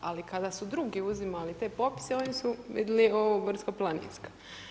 Ali kada su drugi uzimali te popise oni su vidjeli ovo brdsko planinska.